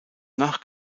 nach